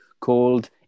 called